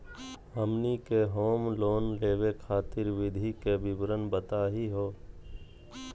हमनी के home loan लेवे खातीर विधि के विवरण बताही हो?